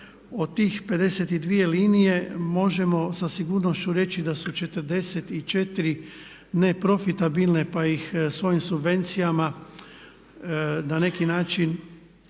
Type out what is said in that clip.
Od tih 52 linije možemo sa sigurnošću reći da su 44 neprofitabilne pa ih svojim subvencijama na neki način